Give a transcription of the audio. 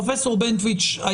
פרופסור בנטואיץ,